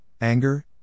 anger